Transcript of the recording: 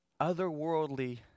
otherworldly